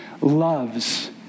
loves